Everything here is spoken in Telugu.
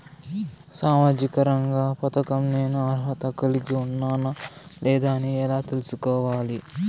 సామాజిక రంగ పథకం నేను అర్హత కలిగి ఉన్నానా లేదా అని ఎలా తెల్సుకోవాలి?